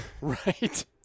Right